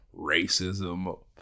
racism